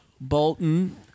Bolton